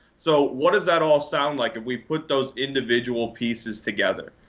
so what does that all sound like if we put those individual pieces together?